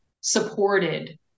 supported